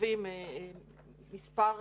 שוכבים חמישה,